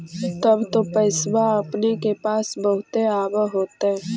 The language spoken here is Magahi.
तब तो पैसबा अपने के पास बहुते आब होतय?